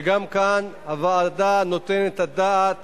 וגם כאן הוועדה נותנת את הדעת